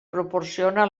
proporciona